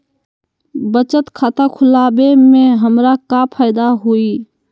बचत खाता खुला वे में हमरा का फायदा हुई?